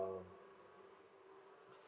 um